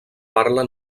parla